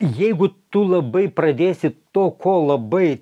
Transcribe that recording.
jeigu tu labai pradėsi to ko labai